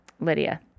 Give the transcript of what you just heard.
Lydia